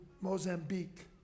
Mozambique